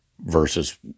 versus